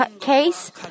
case